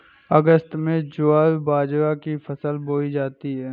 अगस्त में ज्वार बाजरा की फसल बोई जाती हैं